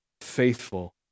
faithful